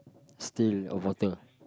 stay a water